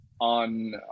on